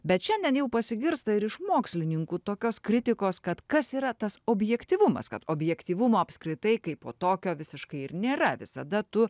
bet šiandien jau pasigirsta ir iš mokslininkų tokios kritikos kad kas yra tas objektyvumas kad objektyvumo apskritai kaipo tokio visiškai ir nėra visada tu